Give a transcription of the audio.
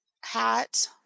hat